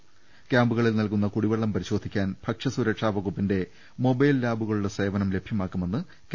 ദുരിതാശ്വാസ ക്യാമ്പുകളിൽ നൽകുന്ന കുടിവെള്ളം പരിശോധിക്കാൻ ഭക്ഷ്യസു രക്ഷാ വകുപ്പിന്റെ മൊബൈൽ ലാബുകളുടെ സേവനം ലഭ്യമാക്കു മെന്ന് കെ